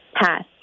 Pass